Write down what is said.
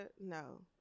No